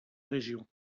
région